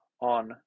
on